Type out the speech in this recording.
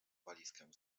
walizkę